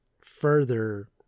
further